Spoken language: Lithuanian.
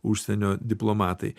užsienio diplomatai